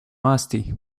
musty